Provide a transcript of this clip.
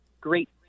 great